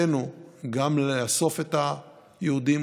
חובתנו גם לאסוף את היהודים,